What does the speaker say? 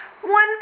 One